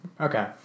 Okay